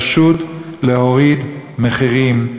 פשוט להוריד מחירים,